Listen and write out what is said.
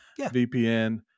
VPN